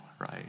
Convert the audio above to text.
right